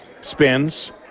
spins